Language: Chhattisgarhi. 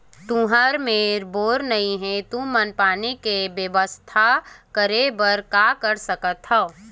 तुहर मेर बोर नइ हे तुमन पानी के बेवस्था करेबर का कर सकथव?